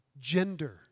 gender